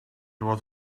was